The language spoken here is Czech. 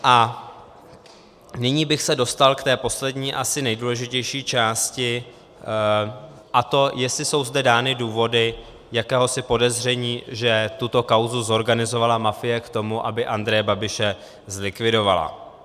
A nyní bych se dostal k té poslední, asi nejdůležitější části, a to jestli jsou zde dány důvody jakéhosi podezření, že tuto kauzu zorganizovala mafie k tomu, aby Andreje Babiše zlikvidovala.